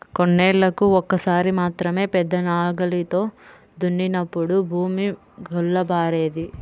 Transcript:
కొన్నేళ్ళకు ఒక్కసారి మాత్రమే పెద్ద నాగలితో దున్నినప్పుడు భూమి గుల్లబారేది